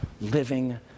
Living